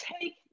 take